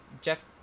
jeff